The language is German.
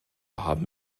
haben